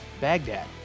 Baghdad